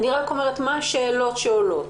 אני שואלת מה השאלות שעולות?.